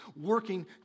working